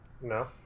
No